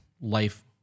life